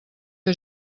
que